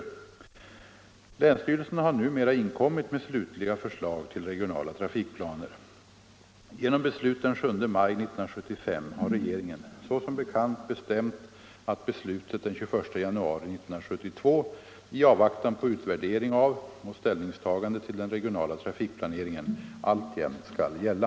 busstrafiken i Genom beslut den 7 maj 1975 har regeringen såsom bekant bestämt Kronobergs och att beslutet den 21 januari 1972 — i avvaktan på utvärdering av och = Jönköpings län ställningstagande till den regionala trafikplaneringen — alltjämt skall gälla.